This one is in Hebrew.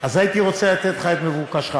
אז הייתי רוצה לתת לך את מבוקשך,